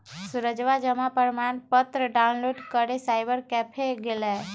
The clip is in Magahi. सूरजवा जमा प्रमाण पत्र डाउनलोड करे साइबर कैफे गैलय